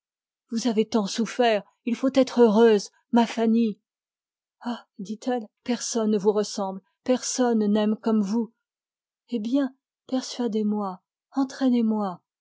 vous avez tant souffert il faut être heureuse ma fanny ah personne ne vous ressemble personne n'aime comme vous eh bien persuadez moi je ferai